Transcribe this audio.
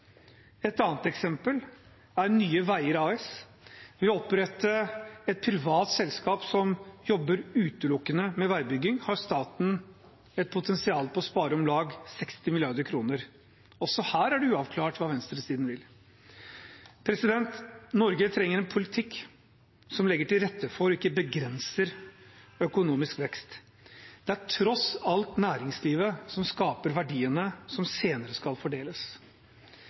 Et annet eksempel er Nye Veier AS. Ved å opprette et privat selskap som jobber utelukkende med veibygging, har staten et potensial til å spare om lag 60 mrd. kr. Også her er det uavklart hva venstresiden vil. Norge trenger en politikk som legger til rette for og ikke begrenser økonomisk vekst. Det er tross alt næringslivet som skaper verdiene som senere skal fordeles.